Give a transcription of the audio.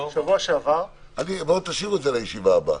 בשבוע שעבר --- תשאירו את זה לישיבה הבאה.